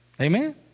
Amen